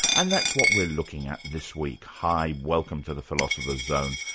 and that's what we're looking at this week. hi, welcome to the philosopher's zone,